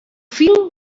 fil